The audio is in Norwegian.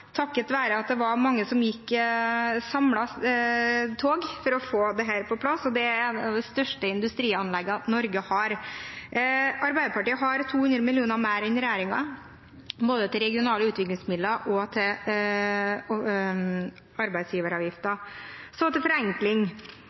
takket være at det var mange som samlet seg og gikk i tog for å få dette på plass, og det er et av de største industrianleggene Norge har. Arbeiderpartiet har 200 mill. kr mer enn regjeringen, både til regionale utviklingsmidler og til arbeidsgiveravgiften. Så til forenkling: